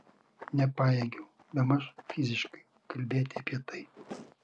nepajėgiau bemaž fiziškai kalbėti apie tai